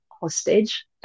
hostage